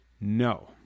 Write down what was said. No